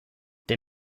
der